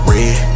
Red